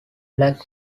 black